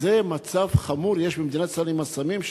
כזה מצב חמור יש במדינת ישראל עם הסמים,